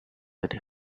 many